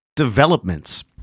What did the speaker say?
developments